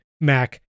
Mac